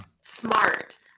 smart